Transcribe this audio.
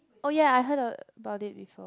oh ya I heard about it before